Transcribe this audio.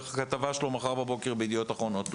בכתבה שלו ב- ׳ידיעות אחרונות׳ מחר בבוקר,